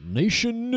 nation